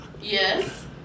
yes